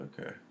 Okay